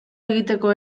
egiteko